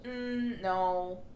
No